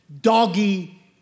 doggy